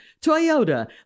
Toyota